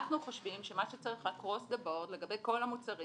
אנחנו חושבים שמה שצריך לגבי כל המוצרים